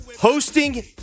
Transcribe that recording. hosting